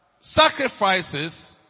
sacrifices